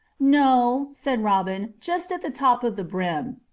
no, said robin just at the top of the brim.